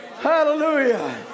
Hallelujah